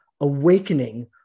awakening